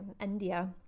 India